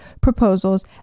proposals